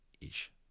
ish